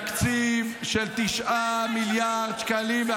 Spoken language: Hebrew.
תקזזי אותי, משחררים לך את החסימה.